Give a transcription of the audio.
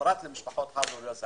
פרט למשפחות חד-הוריות,